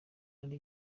hari